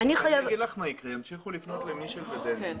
ימשיכו לפנות למישל ודניס.